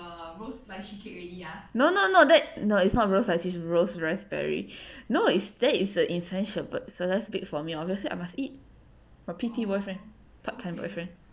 no no no that no it's not rose lychee is rose raspberry no is that is an essential but sellers speak for me obviously I must eat her pity boyfriend her part time boyfriend